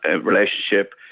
relationship